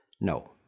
No